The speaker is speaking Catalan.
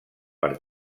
per